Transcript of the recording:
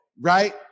right